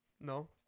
No